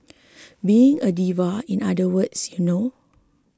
being a diva in other words you know